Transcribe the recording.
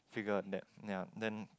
figure that ya then